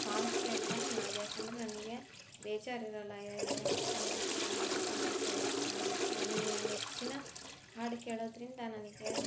songs ಕೇಳ್ತಾನೆ ಮಾಡೋದು ಯಾಕೆಂದ್ರೆ ನನಗೆ ಬೇಜಾರು ಇರಲ್ಲ ಏನೇ ಏನೇ ಕೆಲಸ ಮಾಡ್ತಿದ್ದೀನಿ ಅಂತ ಅನಿಸೋಲ್ಲ ನನ್ನ ನನ್ನ ನೆಚ್ಚಿನ ಹಾಡು ಕೇಳೋದರಿಂದ ನನಗೆ